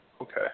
Okay